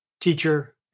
teacher